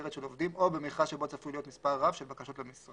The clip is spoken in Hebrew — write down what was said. ניכרת של עובדים או במכרז שבו צפוי להיות מספר רב של בקשות למשרה.